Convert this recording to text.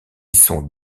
sont